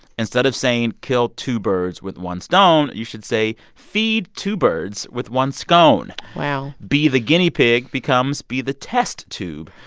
instead of saying kill two birds with one stone, you should say feed two birds with one scone wow be the guinea pig becomes be the test tube.